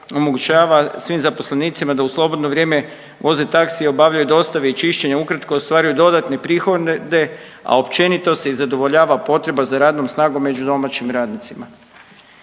omogućava svim zaposlenicima da u slobodno vrijeme voze taksije, obavljaju dostave i čišćenja. Ukratko ostvaruju dodatne prihode a općenito se zadovoljava i potreba za radnom snagom među domaćim radnicima.